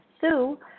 Sue